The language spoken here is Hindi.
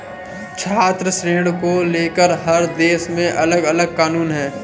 छात्र ऋण को लेकर हर देश में अलगअलग कानून है